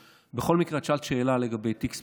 בכל מקרה, את שאלת שאלה לגבי תיק ספציפי,